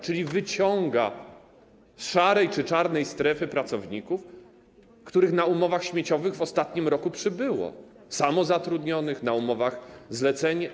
Czyli wyciąga z szarej czy czarnej strefy pracowników, których na umowach śmieciowych w ostatnim roku przybyło, samozatrudnionych, na umowach zlecenia.